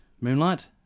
Moonlight